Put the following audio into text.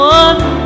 one